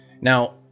Now